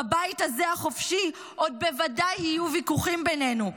בבית הזה החופשי עוד בוודאי יהיו ויכוחים בינינו,